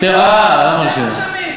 אה, אנחנו אשמים.